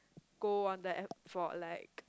go on the app for a like